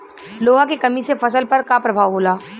लोहा के कमी से फसल पर का प्रभाव होला?